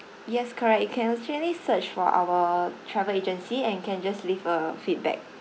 yes correct you can actually search for our travel agency and can just leave a feedback